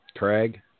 Craig